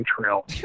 Trail